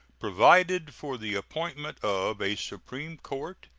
provided for the appointment of a supreme court,